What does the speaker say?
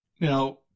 Now